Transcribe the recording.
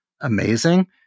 amazing